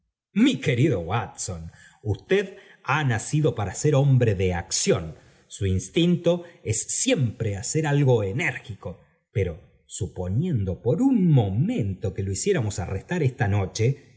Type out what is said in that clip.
mi querido watson usted ha nacido para ser hombre de acción su instinto es siempre hacer algo enérgico pero suponiendo por un momento que lo hiciéramos arrestar esta noche